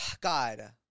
God